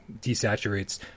desaturates